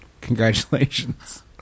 Congratulations